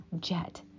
jet